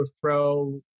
throw